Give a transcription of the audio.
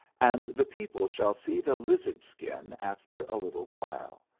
and the people shall see the lizard-skin after a little while.